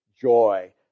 joy